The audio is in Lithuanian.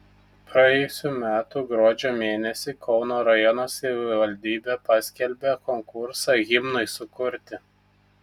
praėjusių metų gruodžio mėnesį kauno rajono savivaldybė paskelbė konkursą himnui sukurti